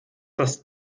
das